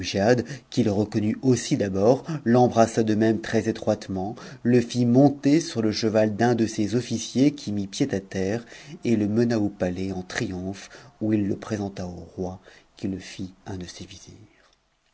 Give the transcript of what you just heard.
le connut aussi d'abord l'embrassa de même très-étroitement le fit ontpr sur te cheval d'un de ses officiers qui mit pied à terre et le mena au palais en triomphe où il le présenta au roi qui le fit un d l ses